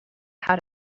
how